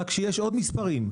רק שיש עוד מספרים.